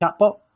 chatbot